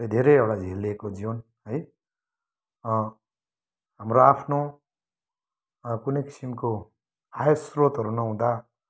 धेरैवटा झेलिएको जीवन है हाम्रो आफ्नो कुनै किसिमको आय श्रोतहरू नहुँदा